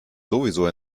sowieso